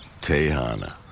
Tehana